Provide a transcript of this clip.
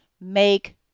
make